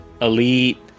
Elite